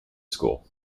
school